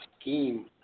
scheme